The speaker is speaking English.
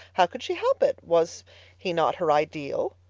how could she help it? was he not her ideal?